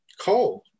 cold